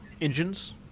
engines